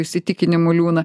įsitikinimų liūną